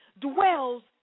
dwells